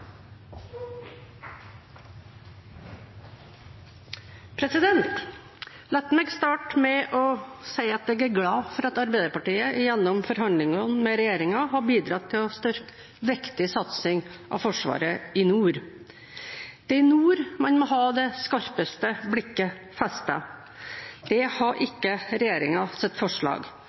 glad for at Arbeiderpartiet gjennom forhandlingene med regjeringen har bidratt til å styrke en viktig satsing på Forsvaret i nord. Det er i nord man må ha det skarpeste blikket festet. Det har ikke regjeringens forslag – til tross for at forsvarsministeren i sitt